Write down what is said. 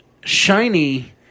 Shiny